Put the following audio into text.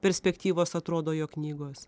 perspektyvos atrodo jo knygos